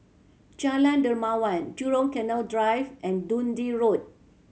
Jalan Dermawan Jurong Canal Drive and Dundee Road